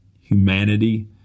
humanity